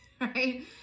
right